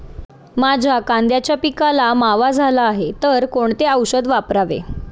माझ्या कांद्याच्या पिकाला मावा झाला आहे तर कोणते औषध वापरावे?